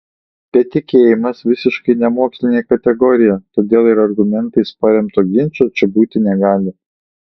bet tikėjimas visiškai nemokslinė kategorija todėl ir argumentais paremto ginčo čia būti negali